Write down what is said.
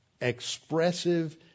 expressive